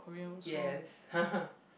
yes